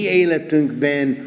életünkben